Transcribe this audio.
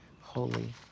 holy